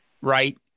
right